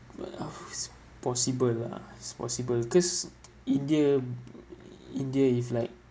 but ah possible lah is possible lah cause india uh india is like